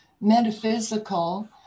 metaphysical